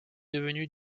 devenue